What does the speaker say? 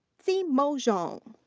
zimo zhang.